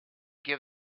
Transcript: give